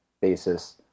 basis